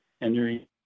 Henry